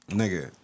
nigga